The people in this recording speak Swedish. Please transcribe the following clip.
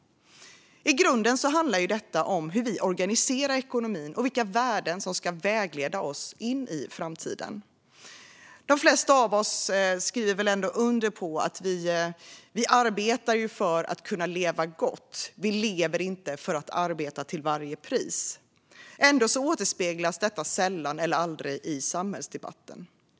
I grunden handlar detta om hur vi organiserar ekonomin och vilka värden som ska vägleda oss in i framtiden. De flesta av oss skriver under på att vi arbetar för att kunna leva gott. Vi lever inte för att arbeta till varje pris. Ändå återspeglas detta sällan eller aldrig i samhällsdebatten.